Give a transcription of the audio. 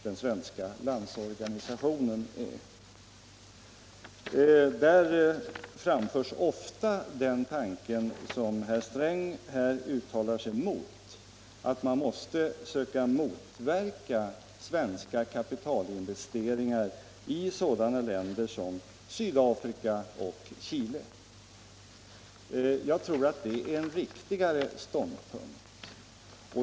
Där framförs ofta den tanke som herr Sträng uttalar sig mot, nämligen att man måste söka motverka svenska kapitalinvesteringar i sådana länder som Sydafrika och Chile. Jag tror att det är en riktigare ståndpunkt.